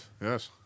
Yes